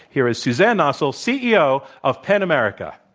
here is suzanne nossel, ceo of pen america.